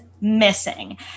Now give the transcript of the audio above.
missing